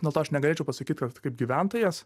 dėl to aš negalėčiau pasakyt kad kaip gyventojas